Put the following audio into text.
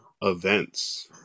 events